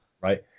Right